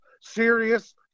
Serious